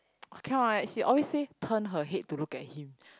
I cannot eh she always say turn her head to look at him